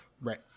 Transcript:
Right